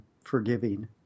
forgiving